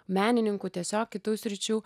menininkų tiesiog kitų sričių